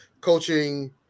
coaching